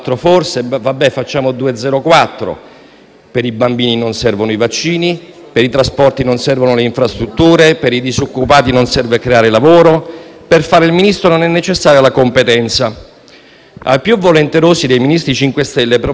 Ai più volenterosi dei Ministri 5 Stelle proporrei tre tracce. Storia contemporanea: chi era il commissario Calabresi? Geografia: esiste il *tunnel* al Brennero? Economia: come si calcola il PIL?